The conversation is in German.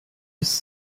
ist